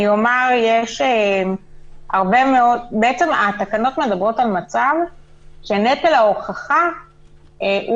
התקנות בעצם מדברות על מצב שבו נטל ההוכחה הוא